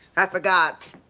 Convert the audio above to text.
i forgot.